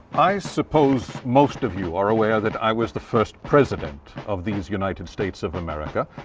i suppose most of you are aware that i was the first president of these united states of america.